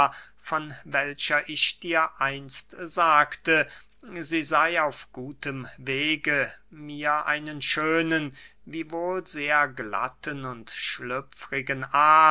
von welcher ich dir einst sagte sie sey auf gutem wege mir einen schönen wiewohl sehr glatten und schlüpfrigen